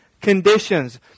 conditions